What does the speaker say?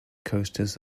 coasters